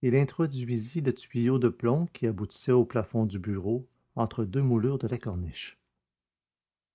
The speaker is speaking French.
il introduisit un tuyau de plomb qui aboutissait au plafond du bureau entre deux moulures de la corniche